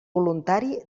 voluntari